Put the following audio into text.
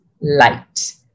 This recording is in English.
light